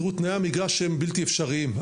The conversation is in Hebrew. תראו, תנאי המגרש הם בלתי אפשריים.